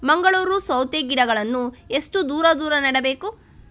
ಮಂಗಳೂರು ಸೌತೆ ಗಿಡಗಳನ್ನು ಎಷ್ಟು ದೂರ ದೂರ ನೆಡಬೇಕು?